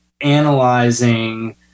analyzing